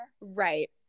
right